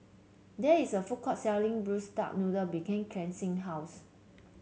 there is a food court selling Braised Duck Noodle behind Kelcie's house